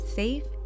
safe